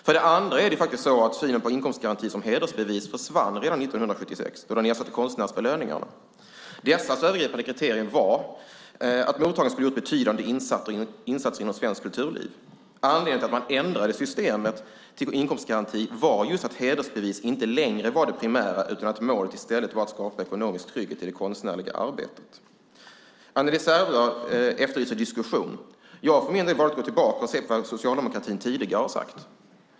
För det andra försvann faktiskt synen på inkomstgarantin som hedersbevis redan 1976 då den ersatte konstnärsbelöningarna. Dessas övergripande kriterium var att mottagaren skulle ha gjort betydande insatser inom svenskt kulturliv. Anledningen till att man ändrade i systemet till inkomstgaranti var just att hedersbevis inte längre var det primära utan att målet i stället var att skapa ekonomisk trygghet i det konstnärliga arbetet. Anneli Särnblad efterlyser diskussion. Jag för min del har gått tillbaka och sett vad socialdemokratin tidigare har sagt.